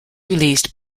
released